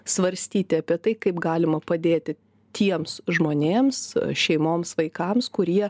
svarstyti apie tai kaip galima padėti tiems žmonėms šeimoms vaikams kurie